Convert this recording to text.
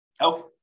Okay